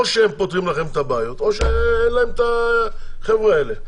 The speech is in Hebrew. או שהם פותרים לכם את הבעיות או שאין להם את החבר'ה האלה.